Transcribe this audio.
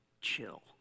chill